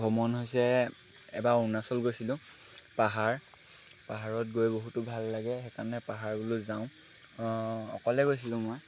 ভ্ৰমণ হৈছে এবাৰ অৰুণাচল গৈছিলোঁ পাহাৰ পাহাৰত গৈ বহুতো ভাল লাগে সেইকাৰণে পাহাৰবোৰলৈ যাওঁ অকলে গৈছিলোঁ মই